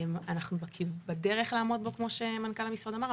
אנחנו בדרך לעמוד בה כמו שמנכ"ל המשרד אמר,